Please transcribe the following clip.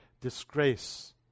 disgrace